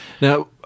Now